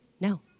No